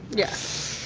yes.